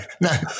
No